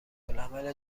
العمل